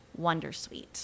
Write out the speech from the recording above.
wondersuite